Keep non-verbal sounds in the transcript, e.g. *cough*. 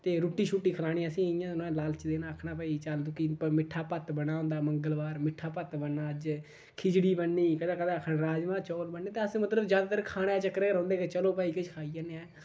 ते रुट्टी शुट्टी खलानी असेंगी इ'यां नुहाड़ा लालच देना आखना भाई चल तूं *unintelligible* मिट्ठा भत्त बने दा होंदा मंगलबार मिट्ठा भत्त बनना अज्ज खिचड़ी बननी कदें कदें राजमां चौल ते असें मतलब ज्यादातर खाने दे चक्करै च रौंह्दे हे चलो भाई किश खाई आन्ने आं